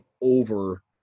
over